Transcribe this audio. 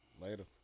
Later